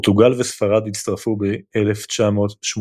פורטוגל וספרד הצטרפו ב-1986.